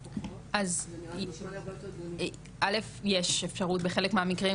אז קודם כל יש אפשרות בחלק מהמקרים,